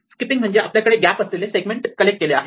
skipping म्हणजे आपल्याकडे gap असलेले सेगमेंट कनेक्ट केले आहे